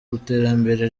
iterambere